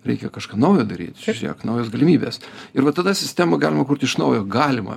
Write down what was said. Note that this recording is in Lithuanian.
reikia kažką naujo daryt žėk naujos galimybės ir va tada sistemą galima kurti iš naujo galima